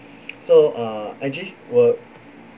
so uh angie were